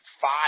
five